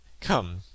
come